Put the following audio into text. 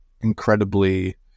incredibly